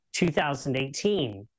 2018